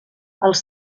els